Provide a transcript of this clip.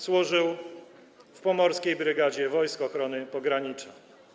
Służył w Pomorskiej Brygadzie Wojsk Ochrony Pogranicza.